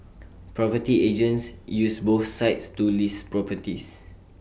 property agents use both sites to list properties